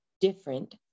different